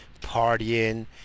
partying